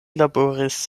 laboris